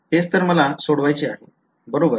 तेच तर मला सोडवायचे आहे बरोबर